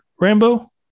Rambo